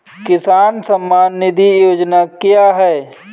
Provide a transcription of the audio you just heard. किसान सम्मान निधि योजना क्या है?